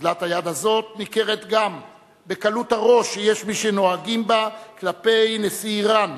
אוזלת היד הזאת ניכרת גם בקלות הראש שיש מי שנוהגים כלפי נשיא אירן,